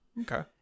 Okay